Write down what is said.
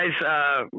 guys